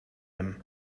him